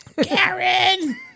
Karen